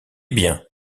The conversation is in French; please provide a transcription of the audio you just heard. bien